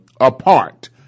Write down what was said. apart